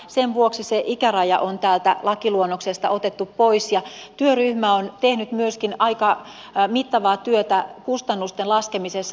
sen vuoksi se ikäraja on täältä lakiluonnoksesta otettu pois ja työryhmä on tehnyt myöskin aika mittavaa työtä kustannusten laskemisessa